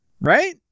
right